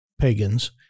pagans